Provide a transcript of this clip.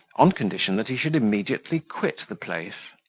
on condition that he should immediately quit the place.